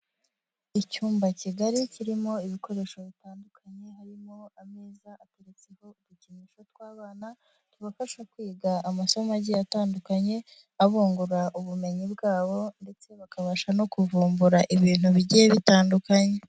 Icyumba kigari kirimo ibikoresho bitandukanye harimo ameza ateretseho udukinisho tw'abana tubafasha kwiga amasomo agie atandukanye abungura ubumenyi bwabo ndetse bakabasha no kuvumbura ibintu bigiye bitandukanye.